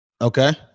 Okay